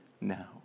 now